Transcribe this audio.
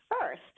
first